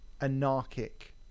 anarchic